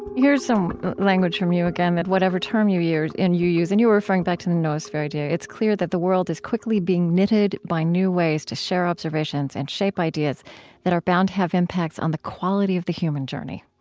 here's some language from you again, that whatever term you and you use and you were referring back to the noosphere idea. it's clear that the world is quickly being knitted by new ways to share observations and shape ideas that are bound to have impact on the quality of the human journey.